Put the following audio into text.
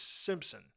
Simpson